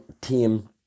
team